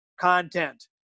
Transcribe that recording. content